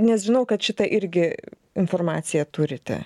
nes žinau kad šitą irgi informaciją turite